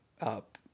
up